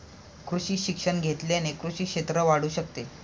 कृषी शिक्षण घेतल्याने कृषी क्षेत्र वाढू शकते